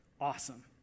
Awesome